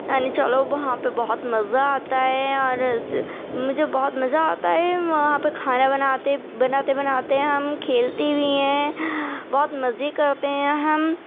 یعنی چلو وہاں پہ بہت مزہ آتا ہے اور مجھے بہت مزہ آتا ہے وہاں پہ کھانا بناتے بناتے بناتے ہم کھیلتے بھی ہیں بہت مزے کرتے ہیں ہم